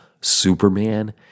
Superman